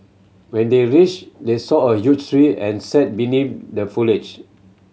when they reached they saw a huge tree and sat beneath the foliage